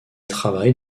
travaille